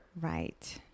right